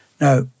Now